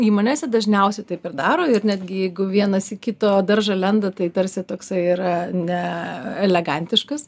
įmonėse dažniausiai taip ir daro ir netgi jeigu vienas į kito daržą lenda tai tarsi toksai yra ne elegantiškas